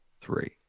Three